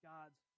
God's